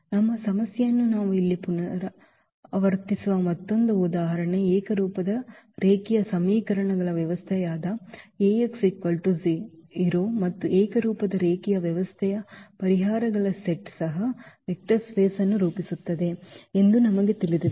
ನಮ್ಮ ಸಮಸ್ಯೆಯನ್ನು ನಾವು ಇಲ್ಲಿ ಪುನರಾವರ್ತಿಸುವ ಮತ್ತೊಂದು ಉದಾಹರಣೆ ಏಕರೂಪದ ರೇಖೀಯ ಸಮೀಕರಣಗಳ ವ್ಯವಸ್ಥೆಯಾದ 0 ಮತ್ತು ಏಕರೂಪದ ರೇಖೀಯ ವ್ಯವಸ್ಥೆಯ ಪರಿಹಾರಗಳ ಸೆಟ್ ಸಹ ವೆಕ್ಟರ್ ಸ್ಪೇಸ್ ವನ್ನು ರೂಪಿಸುತ್ತದೆ ಎಂದು ನಮಗೆ ತಿಳಿದಿದೆ